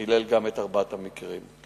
שחילל את בתי-הכנסת גם בארבעת המקרים האחרים.